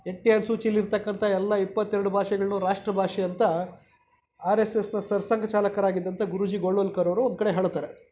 N P R ಸೂಚಿಯಲ್ಲಿರತಕ್ಕಂಥ ಎಲ್ಲ ಇಪ್ಪತ್ತೆರಡು ಭಾಷೆಗಳನ್ನು ರಾಷ್ಟ್ರಭಾಷೆ ಅಂತ ಆರ್ ಎಸ್ ಎಸ್ ಸರ್ಸಂಘ ಚಾಲಕರಾಗಿದ್ದಂಥ ಗುರೂಜಿ ಗೊಳ್ವಲ್ಕರ್ ಅವರು ಒಂದು ಕಡೆ ಹೇಳುತ್ತಾರೆ